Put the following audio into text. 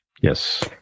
Yes